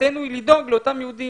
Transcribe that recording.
וחובתנו היא לדאוג לאותם יהודים.